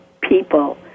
people